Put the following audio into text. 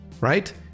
right